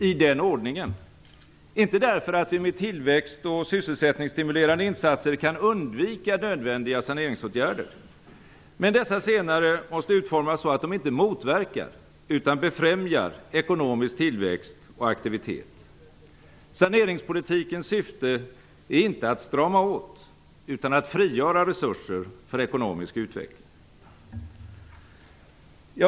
I den ordningen, inte därför att vi med tillväxt och sysselsättningsstimulerande insatser kan undvika nödvändiga saneringsåtgärder. Men dessa senare måste utformas så att de inte motverkar utan befrämjar ekonomisk tillväxt och aktivitet. Saneringspolitikens syfte är inte att strama åt utan att frigöra resurser för ekonomisk utveckling.